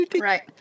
Right